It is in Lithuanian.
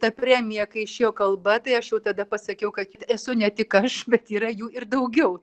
tą premiją kai išėjo kalba tai aš jau tada pasakiau kad esu ne tik aš bet yra jų ir daugiau